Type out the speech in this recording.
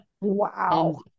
Wow